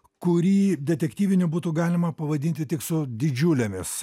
kurį detektyviniu būtų galima pavadinti tik su didžiulėmis